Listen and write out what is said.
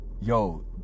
yo